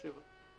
משאבה.